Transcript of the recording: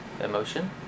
emotion